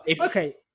okay